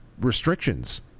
restrictions